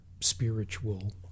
spiritual